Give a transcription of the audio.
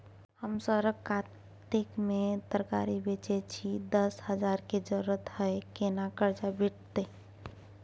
हम सरक कातिक में तरकारी बेचै छी, दस हजार के जरूरत हय केना कर्जा भेटतै?